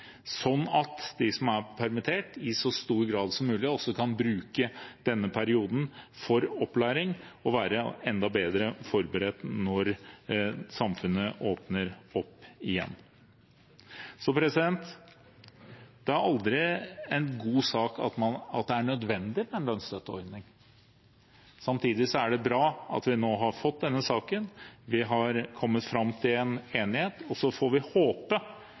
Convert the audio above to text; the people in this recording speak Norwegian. sånn at de som er permittert, i så stor grad som mulig kan bruke denne perioden til opplæring og være enda bedre forberedt når samfunnet åpner opp igjen. Det er aldri en god sak at det er nødvendig med en lønnsstøtteordning. Samtidig er det bra at vi nå har fått denne saken. Vi har kommet fram til en enighet, og så får vi håpe